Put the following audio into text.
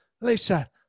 Lisa